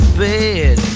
bed